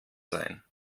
sein